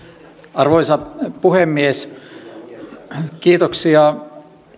arvoisa puhemies kiitoksia